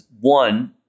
one